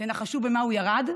תנחשו במה הוא ירד?